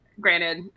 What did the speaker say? Granted